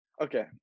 Okay